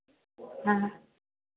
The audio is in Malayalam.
ആ